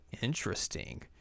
Interesting